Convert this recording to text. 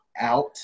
out